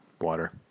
Water